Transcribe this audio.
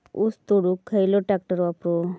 ऊस तोडुक खयलो ट्रॅक्टर वापरू?